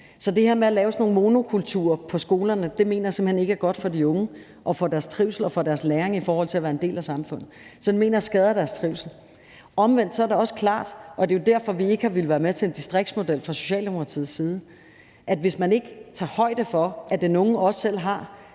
Så det her med at lave sådan nogle monokulturer på skolerne mener jeg simpelt hen ikke er godt for de unge, for deres trivsel og for deres læring i forhold til at være en del af samfundet. Det mener jeg skader deres trivsel. Omvendt er det også klart – og det er jo derfor, vi fra Socialdemokratiets side ikke har villet være med til at lave en distriktsmodel – at hvis man ikke tager højde for, at den unge også selv har